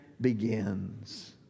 begins